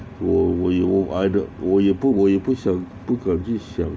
我我有 I got 我有不我有不想不敢去想